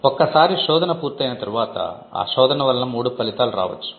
ఒక్క సారి శోధన పూర్తయిన తర్వాత ఆ శోధన వలన మూడు ఫలితాలు రావచ్చు